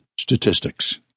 statistics